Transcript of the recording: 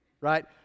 right